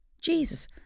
Jesus